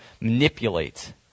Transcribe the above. manipulate